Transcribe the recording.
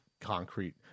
concrete